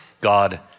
God